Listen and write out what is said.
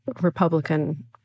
Republican